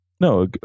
No